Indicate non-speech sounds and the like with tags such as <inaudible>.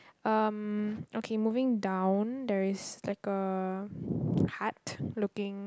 um okay moving down there is like a <breath> heart looking